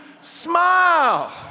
smile